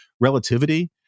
Relativity